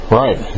right